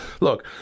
look